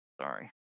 sorry